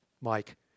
mike